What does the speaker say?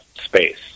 space